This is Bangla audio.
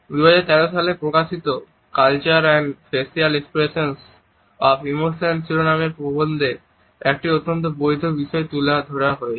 2013 সালে প্রকাশিত Culture and Facial Expressions of Emotion শিরোনামের প্রবন্ধে একটি অত্যন্ত বৈধ বিষয় তুলে ধরা হয়েছে